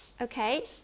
Okay